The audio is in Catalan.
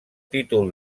títol